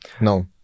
no